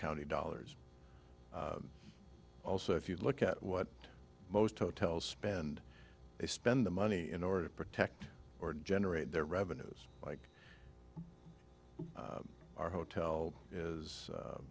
county dollars also if you look at what most hotels spend they spend the money in order to protect or generate their revenues like our hotel is